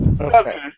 Okay